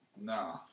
Nah